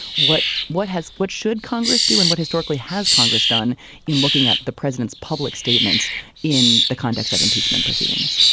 what what has what should congress do in what historically has congress done in looking at the president's public statements in the context of impeachment proceedings?